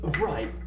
Right